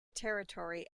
territory